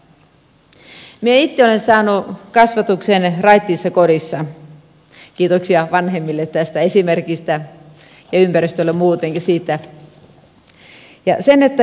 minä itse olen saanut kasvatuksen raittiissa kodissa kiitoksia vanhemmille tästä esimerkistä ja ympäristölle muutenkin siitä